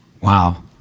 Wow